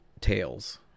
Tails